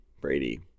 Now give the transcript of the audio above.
Brady